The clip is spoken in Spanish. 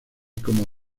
como